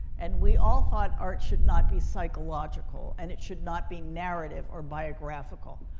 and we all thought art should not be psychological and it should not be narrative or biographical.